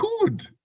good